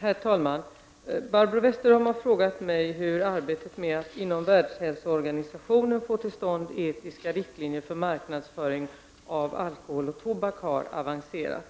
Herr talman! Barbro Westerholm har frågat mig om hur arbetet med att inom Världshälsoorganisationen få till stånd etiska riktlinjer för marknadsföring av alkohol och tobak har avancerat.